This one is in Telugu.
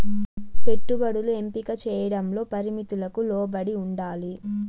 పెట్టుబడులు ఎంపిక చేయడంలో పరిమితులకు లోబడి ఉండాలి